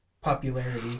popularity